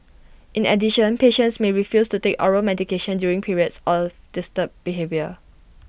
in addition patients may refuse to take oral medications during periods of disturbed behaviour